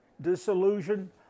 Disillusion